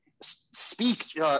speak